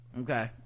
Okay